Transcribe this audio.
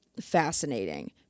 fascinating